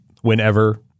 Whenever